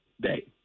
day